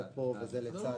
זה פה וזה לצד.